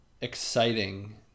exciting